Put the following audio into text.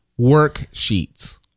worksheets